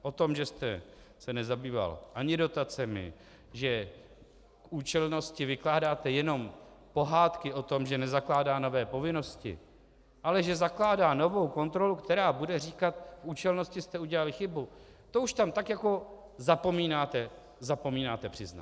O tom, že jste se nezabýval ani dotacemi, že k účelnosti vykládáte jenom pohádky o tom, že nezakládá nové povinnosti, ale že zakládá novou kontrolu, která bude říkat v účelnosti jste udělali chybu, to už tam tak jako zapomínáte přiznat.